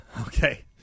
okay